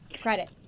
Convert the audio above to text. Credit